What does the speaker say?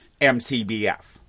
MCBF